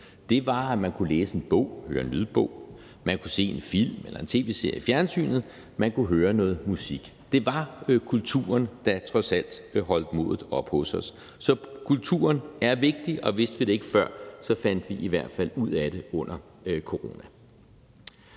Det var, at man kunne læse en bog eller høre en lydbog, at man kunne se en film eller en tv-serie i fjernsynet, eller at man kunne høre noget musik. Det var kulturen, der trods alt holdt modet oppe hos os. Så kulturen er vigtig, og vidste vi det ikke før, fandt vi i hvert fald ud af det under corona.